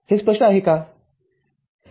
तर या विशिष्ट चर्चेसाठी ही शेवटची स्लाइड आहे